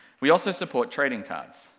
we also support trading cards,